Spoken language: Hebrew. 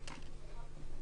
אחת,